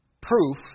proof